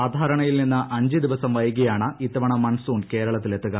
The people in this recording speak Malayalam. സ്ക്ധാരണയിൽ നിന്ന് അഞ്ച് ദിവസം വൈകിയാണ് ഇത്തവണ മുൺസൂൺ കേരളത്തിലെത്തുക